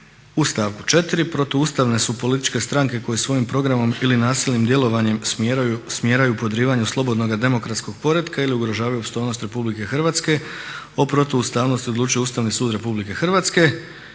U stavku 4. protuustavne su političke stranke koje svojim programom ili nasilnim djelovanjem smjeraju podrivanju slobodnoga demokratskoga poretka ili ugrožavaju opstojnost Republike Hrvatske. O protuustavnosti odlučuje Ustavni sud RH. I stavak